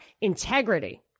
integrity